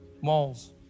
malls